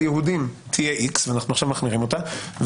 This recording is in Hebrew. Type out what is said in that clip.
יהודים תהיה איקס ואנחנו עכשיו מחמירים אותה,